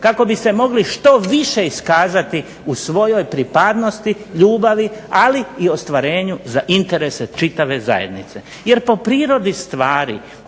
kako bi se mogli što više iskazati u svojoj pripadnosti, ljubavi ali i ostvarenju za interese čitave zajednice, jer po prirodi stvari